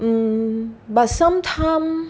mmhmm but some time